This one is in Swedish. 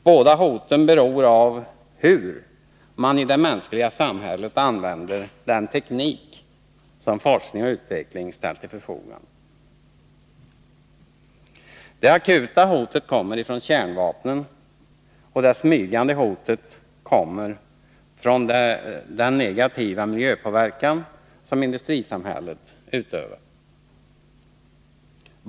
Båda hoten beror på hur man i det mänskliga samhället använder den teknik som forskning och utveckling ställt till förfogande. Det akuta hotet kommer från kärnvapnen, och det smygande hotet kommer från den negativa miljöpåverkan som industrisamhället utövar.